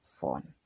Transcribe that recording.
phone